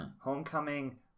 Homecoming